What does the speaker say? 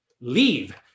Leave